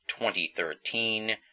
2013